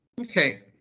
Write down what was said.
Okay